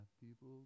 people